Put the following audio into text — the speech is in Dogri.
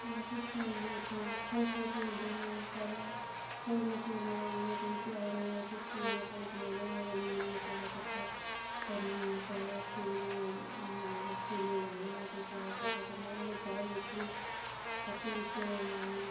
अस स्कूल उत्थै खो खो खेलदे हे सारा खो खो खेलना जि'यां कोई तेहार होना उत्थै स्कूल असें गी बलाना रली मिलियै सारा कट्ठा करन सारा स्कूल स्कूले जाना ते सारा कट्ठा करना ओह्दे बाद बिच्च बी आप्पे बिच्चें